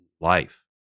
life